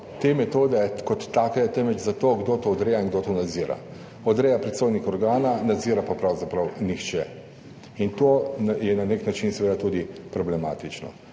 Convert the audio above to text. te metode kot take, temveč za to, kdo to odreja in kdo to nadzira. Odreja predstojnik organa, nadzira pa pravzaprav nihče in to je na nek način seveda tudi problematično.